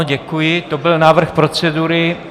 Děkuji, to byl návrh procedury.